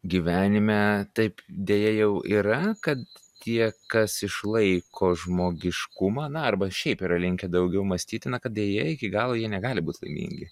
gyvenime taip deja jau yra kad tie kas išlaiko žmogiškumą na arba šiaip yra linkę daugiau mąstyti na kad deja iki galo jie negali būt laimingi